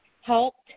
helped